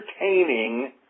entertaining